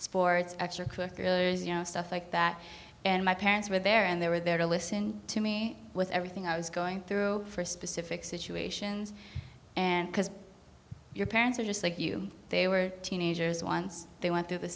sports extra cookers you know stuff like that and my parents were there and they were there to listen to me with everything i was going through for specific situations and because your parents are just like you they were teenagers once they went through the